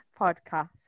Podcast